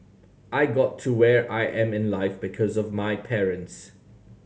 I got to where I am in life because of my parents